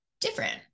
different